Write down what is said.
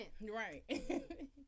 Right